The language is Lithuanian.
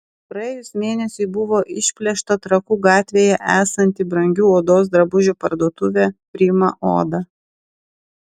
praėjus mėnesiui buvo išplėšta trakų gatvėje esanti brangių odos drabužių parduotuvė prima oda